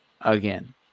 Again